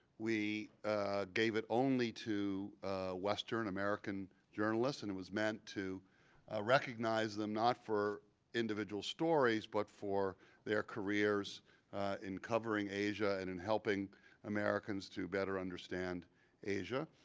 we gave it only to western american journalists. and it was meant to recognize them, not for individual stories, but for their careers in covering asia and and helping americans to better understand asia.